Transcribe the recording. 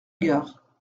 gare